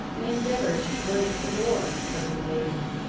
i endeavoured to break the door, but in vain.